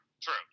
true